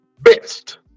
best